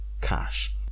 cash